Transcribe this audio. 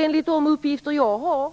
Enligt de uppgifter jag har